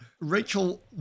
Rachel